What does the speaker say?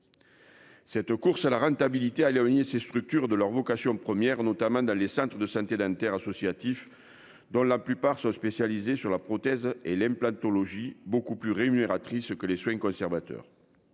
Cette course à la rentabilité à Léonie ces structures de leur vocation première notamment dans les centres de santé dentaires associatifs dont la plupart sont spécialisés sur la prothèse et l'aime planétologie beaucoup plus rémunératrice que les soins conservateurs.